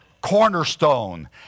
cornerstone